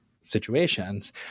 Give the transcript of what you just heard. situations